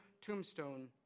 tombstone